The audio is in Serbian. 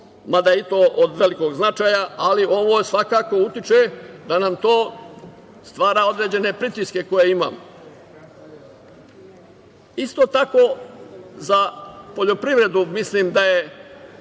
mada je i to od velikog značaja, ali ovo svakako utiče da nam to stvara određene pritiske koje imamo. Isto tako, za poljoprivredu mislim da je